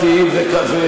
מה שאמר המבקר.